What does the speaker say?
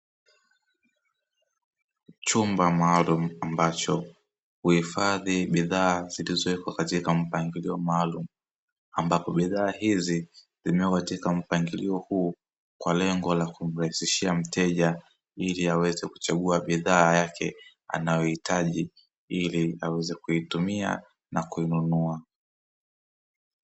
Chumba maalumu ambacho huifadhi bidhaa zilizo wekwa katika mpangilio maalumu, ambapo bidhaa hizi zimewekwa katika mpangilio huu kwa lengo la kumrahisishia mteja ili aweze kuchagua bidhaa yake anayo hitaji ili aweze kuitumia na kuinunua.